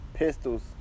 Pistols